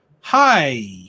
hi